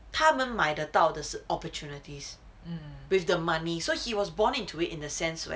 他们买得到的是 opportunities with the money so he was born into it in the sense where